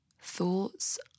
Thoughts